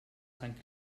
sant